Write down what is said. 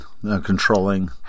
controlling